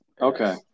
Okay